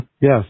Yes